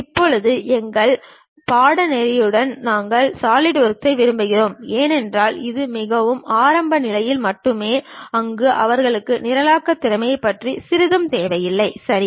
இப்போது எங்கள் பாடநெறிக்கு நாங்கள் சாலிட்வொர்க்கை விரும்புகிறோம் ஏனென்றால் இது மிகவும் ஆரம்பநிலைக்கு மட்டுமே அங்கு அவர்களுக்கு நிரலாக்க திறன்களைப் பற்றி சிறிதும் தேவையில்லை சரி